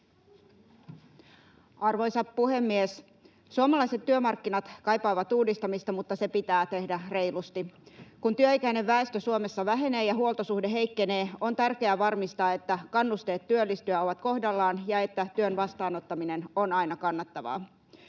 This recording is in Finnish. Arvoisa puhemies! Suomalaiset työmarkkinat kaipaavat uudistamista, mutta se pitää tehdä reilusti. Kun työikäinen väestö Suomessa vähenee ja huoltosuhde heikkenee, on tärkeää varmistaa, että kannusteet työllistyä ovat kohdallaan ja työn vastaanottaminen on aina kannattavaa.